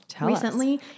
recently